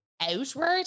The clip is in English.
outward